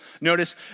Notice